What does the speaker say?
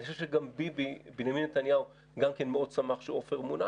אני חושב שבנימין נתניהו גם כן מאוד שמח שעפר מונה,